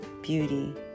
beauty